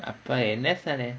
அப்ப என்ன சொன்ன:appa enna sonna